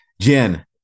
Jen